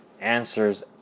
answers